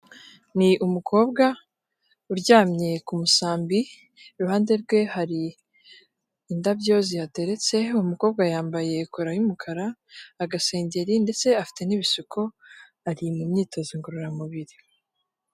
Ni umukobwa uryamye ku musambi iruhande rwe hari indabyo zihateretse, uwo mukobwa yambaye kora y'umukara, agasengeri ndetse afite n'ibisuko. ari mu myitozo ngororamubiri.